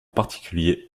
particulier